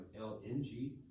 LNG